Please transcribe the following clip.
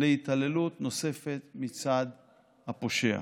להתעללות נוספת מצד הפושע.